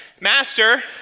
Master